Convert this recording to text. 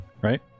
Right